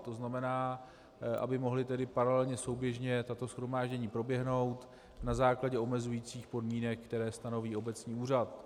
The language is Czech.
To znamená, aby mohla tedy paralelně, souběžně tato shromáždění proběhnout na základě omezujících podmínek, které stanoví obecní úřad.